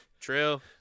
True